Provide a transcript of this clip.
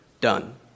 done